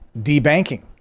debanking